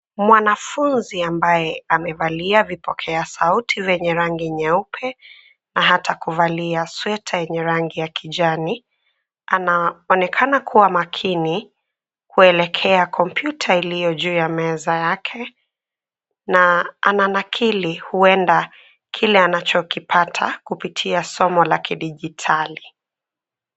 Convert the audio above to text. Mwanafunzi ambaye amevalia vipokea sauti zenye rangi nyeupe, na hata kuvalia sweta yenye rangi ya kijani, anaonekana kuwa makini, kuelekea kompyuta iliyo juu ya meza yake, na ananakili huenda kile anachokipata kupitia somo la kidijitali.